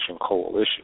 Coalition